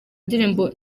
ndirimbo